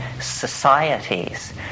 societies